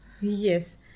Yes